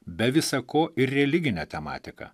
be visa ko ir religine tematika